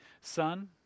son